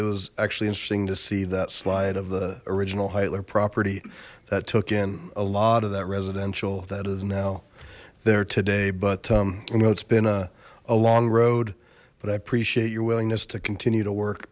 it was actually interesting to see that slide of the original heitler property that took in a lot of that residential that is now there today but you know it's been a long road but i appreciate your willingness to continue to work